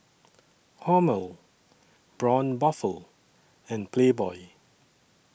Hormel Braun Buffel and Playboy